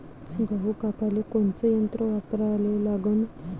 गहू कापाले कोनचं यंत्र वापराले लागन?